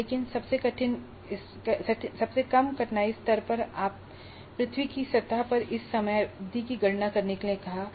लेकिन सबसे कम कठिनाई स्तर में आपने अभी अभी पृथ्वी की सतह पर इस समयावधि की गणना के लिए कहा है